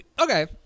okay